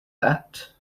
that